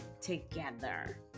together